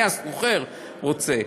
אני, השוכר, רוצה.